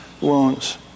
wounds